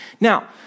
Now